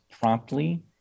promptly